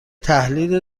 تحلیل